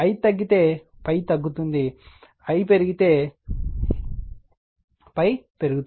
I తగ్గితే ∅ తగ్గుతుంది I పెరిగితే ∅ పెరుగుతుంది